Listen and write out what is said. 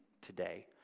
today